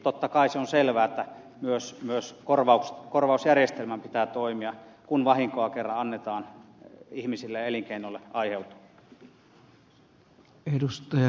totta kai se on selvää että myös korvausjärjestelmän pitää toimia kun vahinkoa kerran annetaan ihmisille ja elinkeinolle aiheutua